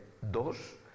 dos